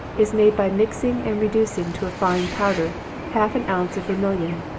is made by mixing and reducing to a fine powder half an ounce of vermilion,